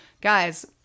guys